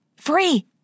Free